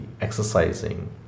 exercising